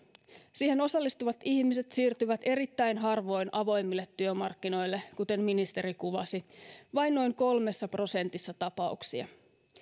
siihen osallistuvat ihmiset siirtyvät erittäin harvoin avoimille työmarkkinoille kuten ministeri kuvasi vain noin kolmessa prosentissa tapauksia